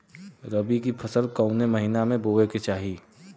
रबी की फसल कौने महिना में बोवे के चाही?